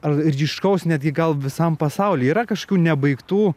ar ryškaus netgi gal visam pasauly yra kažkokių nebaigtų